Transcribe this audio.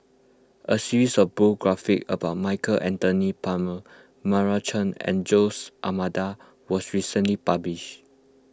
a series of biographies about Michael Anthony Palmer Meira Chand and Jose Almeida was recently published